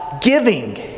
giving